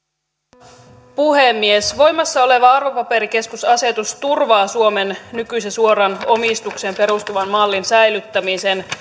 arvoisa puhemies voimassa oleva arvopaperikeskusasetus turvaa suomen nykyisen suoraan omistukseen perustuvan mallin säilyttämisen